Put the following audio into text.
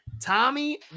Tommy